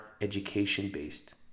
education-based